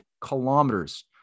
kilometers